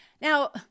Now